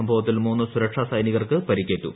സംഭവത്തിൽ മൂന്നു സുരക്ഷാ സൈനികർക്ക് പരിക്കേറ്റു